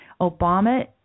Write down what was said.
Obama